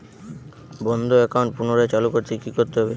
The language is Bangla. বন্ধ একাউন্ট পুনরায় চালু করতে কি করতে হবে?